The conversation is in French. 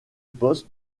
poste